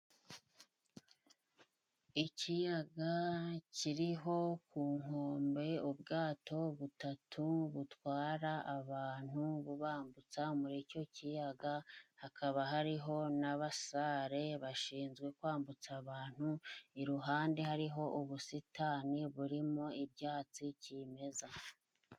Ikiyaga kiriho ku nkombe ubwato butatu butwara abantu bubambutsa muri icyo kiyaga ,hakaba hariho n'abasare bashinzwe kwambutsa abantu, iruhande hariho ubusitani burimo ibyatsi cyimeza.